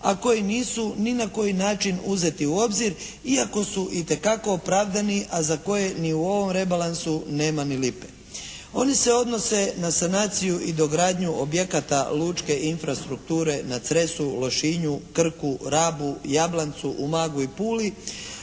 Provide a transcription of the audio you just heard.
a koji nisu ni na koji način uzeti u obzir iako su itekako opravdani, a za koje ni u ovom rebalansu nema ni lipe. Oni se odnose na sanaciju i dogradnju objekata lučke infrastrukture na Cresu, Lošinju, Krku, Rabu, Jablancu, Umagu i Puli,